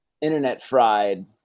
internet-fried